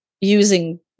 Using